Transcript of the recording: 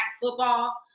football